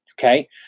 okay